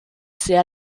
sehr